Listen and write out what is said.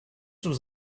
was